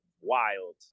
wild